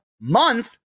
month